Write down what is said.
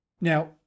Now